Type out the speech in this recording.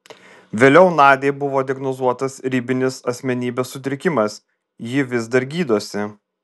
vėliau nadiai buvo diagnozuotas ribinis asmenybės sutrikimas ji vis dar gydosi